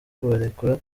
kubarekura